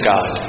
God